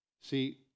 See